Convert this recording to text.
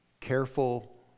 careful